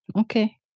Okay